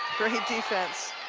great defense.